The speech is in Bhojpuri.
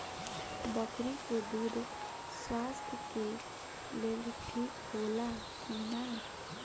बकरी के दूध स्वास्थ्य के लेल ठीक होला कि ना?